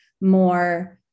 more